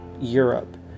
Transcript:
Europe